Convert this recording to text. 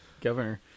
governor